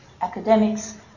academics